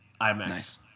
IMAX